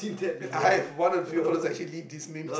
I have one of the few people that actually leave these memes